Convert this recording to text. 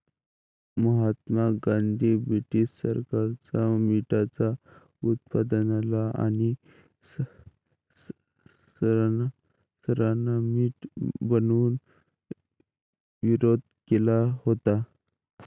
महात्मा गांधींनी ब्रिटीश सरकारच्या मिठाच्या उत्पादनाला आणि करांना मीठ बनवून विरोध केला होता